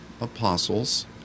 apostles